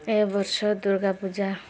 ଏ ବର୍ଷ ଦୁର୍ଗା ପୂଜା